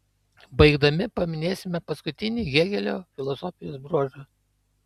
baigdami paminėsime paskutinį hėgelio filosofijos bruožą